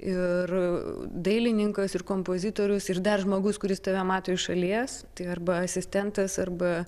ir dailininkas ir kompozitorius ir dar žmogus kuris tave mato iš šalies tai arba asistentas arba